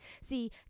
See